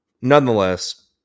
Nonetheless